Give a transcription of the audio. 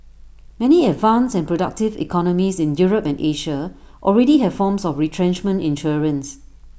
many advanced and productive economies in Europe and Asia already have forms of retrenchment insurance